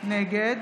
נגד